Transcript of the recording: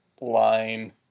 line